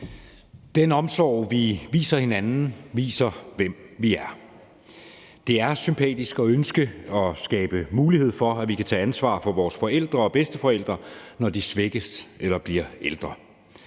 Den omsorg, vi viser hinanden, viser, hvem vi er. Det er sympatisk at ønske at skabe mulighed for, at vi kan tage ansvar for vores forældre og bedsteforældre, når de svækkes eller bliver ældre.